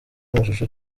amashusho